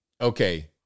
Okay